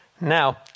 Now